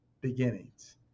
beginnings